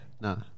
no